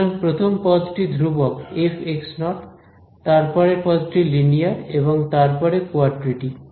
সুতরাং প্রথম পদটি ধ্রুবক f তারপরের পদটি লিনিয়ার এবং তারপরে কোয়াড্রেটিক